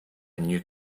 new